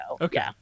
Okay